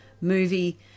movie